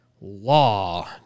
law